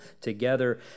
together